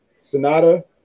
Sonata